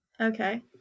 Okay